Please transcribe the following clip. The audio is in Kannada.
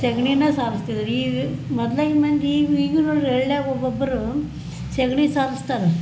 ಸಗ್ಣಿನ ಸಾರಿಸ್ತಿದ್ರು ಈಗ ಮೊದ್ಲಗಿನ ಮಂದಿ ಈಗ ಈಗ ನೋಡಿರಿ ಹಳ್ಳಿಯಾಗೆ ಒಬ್ಬೊಬ್ಬರು ಸಗ್ಣಿ ಸಾರಸ್ತಾರೆ